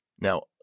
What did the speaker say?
Now